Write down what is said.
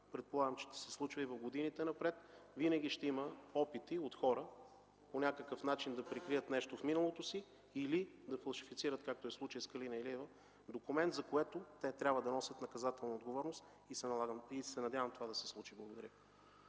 предполагам, че ще се случва и в годините напред. Винаги ще има опити от хора по някакъв начин да прикрият нещо в миналото си или да фалшифицират документ, какъвто е случаят с Калина Илиева, за което те трябва да носят наказателна отговорност. Надявам се това да се случи. Благодаря.